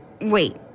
Wait